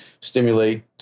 stimulate